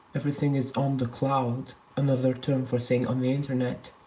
everything is on the cloud another term for saying on the internet.